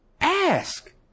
Ask